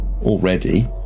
Already